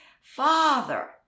Father